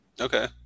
Okay